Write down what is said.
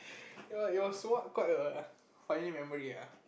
it was it was what quite a funny memory ah